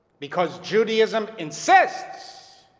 because judaism insists